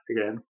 again